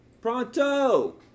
Pronto